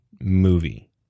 movie